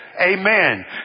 Amen